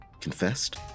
confessed